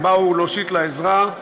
הם באו להושיט לה עזרה,